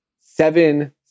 seven